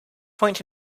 point